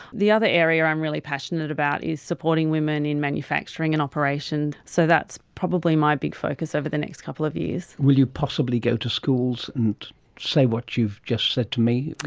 the other area i'm really passionate about is supporting women in manufacturing and operations. so that's probably my big focus over the next couple of years. will you possibly go to schools and say what you've just said to me,